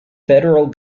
federal